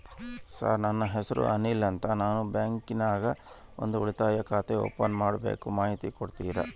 Sir ನನ್ನ ಹೆಸರು ಅನಿಲ್ ಅಂತ ನಾನು ನಿಮ್ಮ ಬ್ಯಾಂಕಿನ್ಯಾಗ ಒಂದು ಉಳಿತಾಯ ಖಾತೆ ಓಪನ್ ಮಾಡಬೇಕು ಮಾಹಿತಿ ಕೊಡ್ತೇರಾ?